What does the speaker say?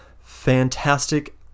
fantastic